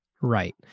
Right